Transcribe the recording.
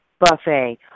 Buffet